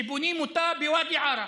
שבונים אותה בוואדי עארה,